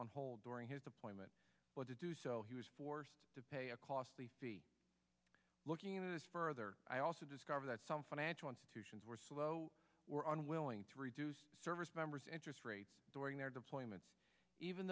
on hold during his appointment or to do so he was forced to pay a costly fee looking into this further i also discovered that some financial institutions were slow or unwilling to reduce service members interest rates during their deployments even